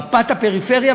מפת הפריפריה,